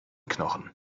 knochen